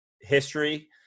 history